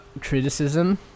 criticism